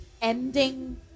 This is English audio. ending